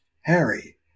Harry